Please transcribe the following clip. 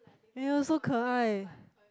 !aiyo! so 可爱